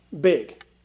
big